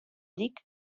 dyk